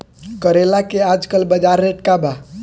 करेला के आजकल बजार रेट का बा?